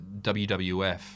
WWF